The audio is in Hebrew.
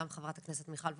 גם חברת הכנסת מיכל וולדיגר.